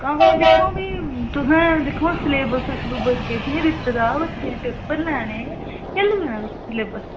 कम्म दिक्खो हां फ्ही तुसें सलेबस सुलेबस किश नीं दित्ते दा बच्चें दे पेपर लैने ते करी लैना तुसें सलेबस